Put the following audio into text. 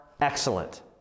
excellent